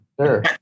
sure